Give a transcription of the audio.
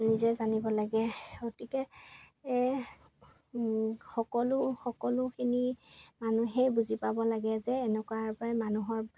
নিজে জানিব লাগে গতিকে এই সকলো সকলোখিনি মানুহেই বুজি পাব লাগে যে এনেকুৱাৰপৰা মানুহৰ